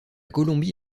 colombie